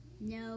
No